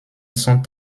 sont